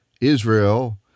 Israel